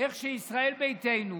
איך שישראל ביתנו